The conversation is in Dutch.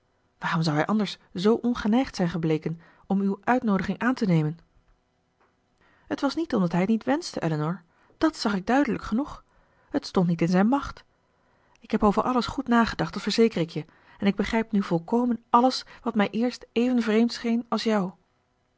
waarom zou hij anders zoo ongeneigd zijn gebleken om uwe uitnoodiging aan te nemen t was niet omdat hij het niet wenschte elinor dàt zag ik duidelijk genoeg het stond niet in zijn macht ik heb over alles goed nagedacht dat verzeker ik je en ik begrijp nu volkomen alles wat mij eerst even vreemd scheen als jou